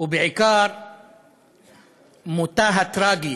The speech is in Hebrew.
ובעיקר מותה הטרגי